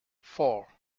four